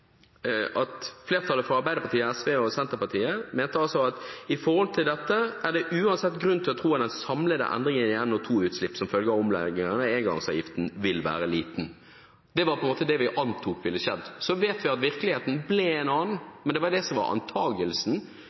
forhold til dette er det uansett grunn til å tro at den samlede endringen i NOx-utslipp som følge av omleggingen av engangsavgiften, vil være liten.» Det var det vi antok ville skje. Så vet vi at virkeligheten ble en annen, men det var det som var antagelsen